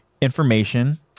information